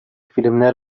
filmler